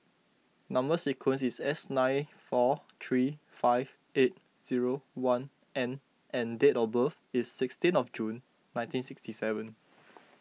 Number Sequence is S nine four three five eight zero one N and date of birth is sixteen of June nineteen sixty seven